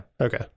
Okay